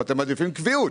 ואתם מעדיפים קביעות.